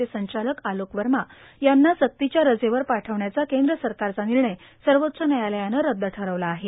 चे संचालक आलोक वर्मा यांना सक्तीच्या रजेवर पाठवण्याचा केंद्र सरकारचा निर्णय सर्वोच्च न्यायालयानं रद्द ठरवला आहे